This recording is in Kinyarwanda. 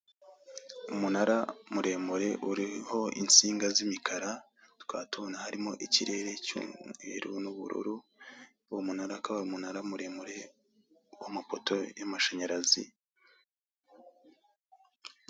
Umunara muremure uriho insinga z'imikara tukaba tubona harimo ikirere cy'umweru n'ubururu, uwo munara akaba ari umunara muremure w'amapoto y'amashanyarazi.